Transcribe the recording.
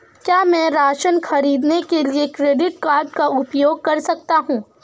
क्या मैं राशन खरीदने के लिए क्रेडिट कार्ड का उपयोग कर सकता हूँ?